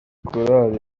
korali